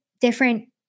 different